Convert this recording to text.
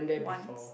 once